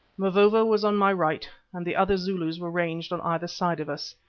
mavovo was on my right, and the other zulus were ranged on either side of us.